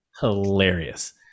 hilarious